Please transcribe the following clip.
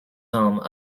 home